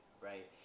right